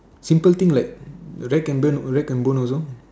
simple thing like rag and bone rag and bone also